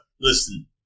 Listen